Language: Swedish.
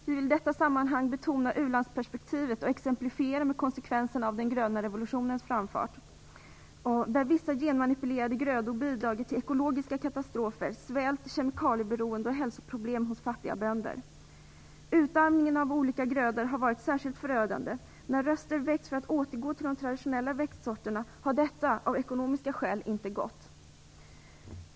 Vi vill i detta sammanhang betona ulandsperspektivet och exemplifiera med konsekvensen av den gröna revolutionens framfart där vissa genmanipulerade grödor bidragit till ekologiska katastrofer, svält, kemikalieberoende och hälsoproblem hos fattiga bönder. Utarmningen av olika grödor har varit särskilt förödande. När röster höjts för att återgå till de traditionella växtsorterna har detta av ekonomiska skäl inte gått.